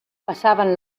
passaven